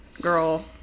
girl